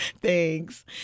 Thanks